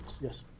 Yes